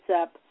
up